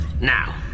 Now